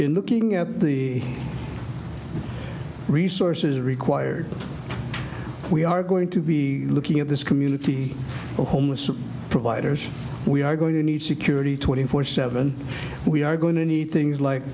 in looking at the resources required we are going to be looking at this community of homeless providers we are going to need security twenty four seven we are going to need things like